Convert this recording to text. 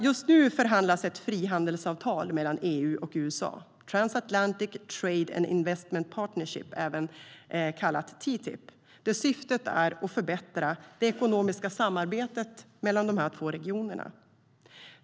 Just nu förhandlas ett frihandelsavtal mellan EU och USA, Transatlantic Trade and Investment Partnership, även kallat TTIP, där syftet är att förbättra det ekonomiska samarbetet mellan de två regionerna.